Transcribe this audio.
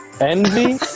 Envy